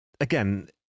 again